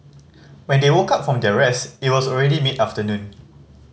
when they woke up from their rest it was already mid afternoon